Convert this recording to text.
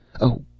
Oh